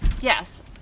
yes